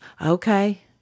okay